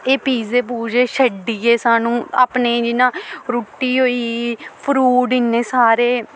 एह् पीजे पूजे छड्डियै सानूं अपने जि'यां रुट्टी होई गेई फ्रूट इन्ने सारे